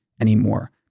anymore